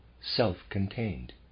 self-contained